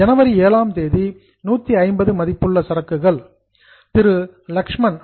ஜனவரி 7ஆம் தேதி 150 மதிப்புள்ள சரக்குகள் திரு லக்ஷ்மன் Mr